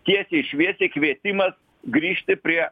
tiesiai šviesiai kvietimas grįžti prie